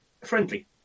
friendly